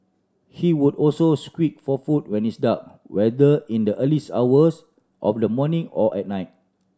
he would also squeak for food when it's dark whether in the early hours of the morning or at night